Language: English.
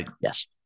yes